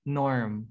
norm